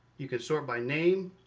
you can sort by name,